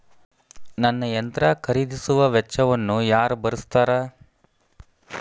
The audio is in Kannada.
ನನ್ನ ಯಂತ್ರ ಖರೇದಿಸುವ ವೆಚ್ಚವನ್ನು ಯಾರ ಭರ್ಸತಾರ್?